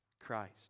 Christ